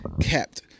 kept